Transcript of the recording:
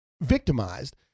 victimized